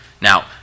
Now